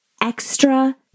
extra